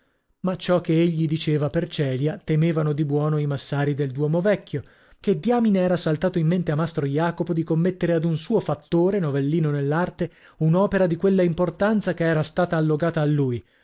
ma ciò che egli diceva per celia temevano di buono i massari del duomo vecchio che diamine era saltato in mente a mastro jacopo di commettere ad un suo fattore novellino nell'arte un'opera di quella importanza che era stata allogata a lui